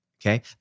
Okay